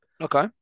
Okay